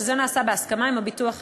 שנעשה בהסכמה עם הביטוח הלאומי,